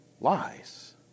lies